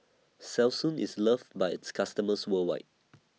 Selsun IS loved By its customers worldwide